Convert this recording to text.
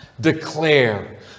declare